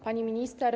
Pani Minister!